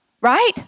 Right